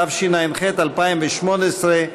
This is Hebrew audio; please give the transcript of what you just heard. התשע"ח 2018),